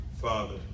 father